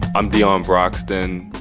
i'm deion broxton.